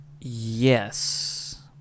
Yes